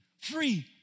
Free